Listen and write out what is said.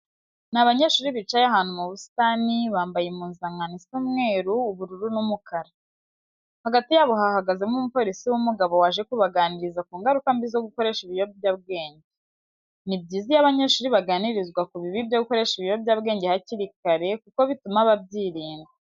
Ni abanyeshuri bicaye ahantu mu busitani, bambaye impuzankano isa umweru, ubururu n'umukara. Hagati yabo hahagazemo umupolisi w'umugabo waje kubaganiriza ku ngaruka mbi zo gukoresha ibiyobyabwenge. Ni byiza iyo abanyeshuri baganirizwa ku bibi byo gukoresha ibiyobyabwenge hakiri kare kuko bituma babyirinda.